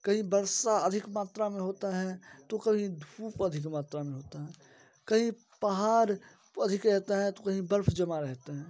कई वर्षा अधिक मात्रा में होती है तो कहीं धुप अधिक मात्रा में होती है कहीं पहाड़ अधिक रहते हैं तो कहीं बर्फ़ जमी रहती है